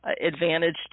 advantage